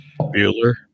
Bueller